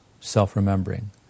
self-remembering